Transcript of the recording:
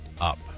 up